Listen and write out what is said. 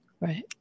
Right